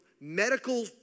medical